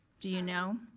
do you know?